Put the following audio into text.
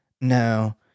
No